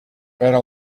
better